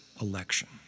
election